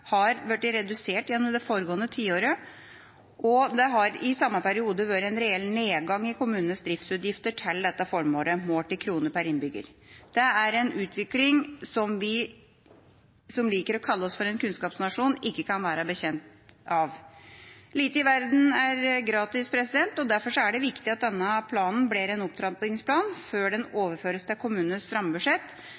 har blitt redusert gjennom det foregående tiåret, og det har i samme periode vært en reell nedgang i kommunenes driftsutgifter til dette formålet, målt i kroner per innbygger. Det er en utvikling som vi, som liker å kalle oss for en kunnskapsnasjon, ikke kan være bekjent av. Lite i verden er gratis, og derfor er det viktig at denne planen blir en opptrappingsplan før den overføres til kommunenes rammebudsjett.